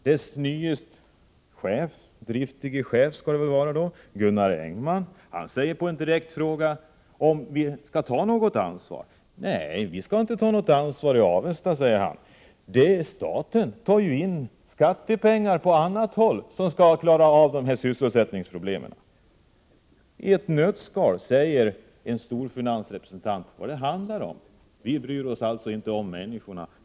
Dess nye driftige chef, som det väl skall vara, Gunnar Engman, säger på en direkt fråga om man skall ta något ansvar att man inte skall göra det i Avesta. Staten tar ju in skattepengar på annat håll för att klara av de här sysselsättningsproblemen. I ett nötskal säger en storfinansrepresentant vad det handlar om. Vi bryr oss inte om människorna.